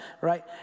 right